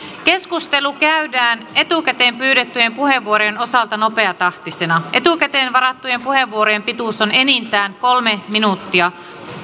keskustelu käydään etukäteen pyydettyjen puheenvuorojen osalta nopeatahtisena etukäteen varattujen puheenvuorojen pituus on enintään kolme minuuttia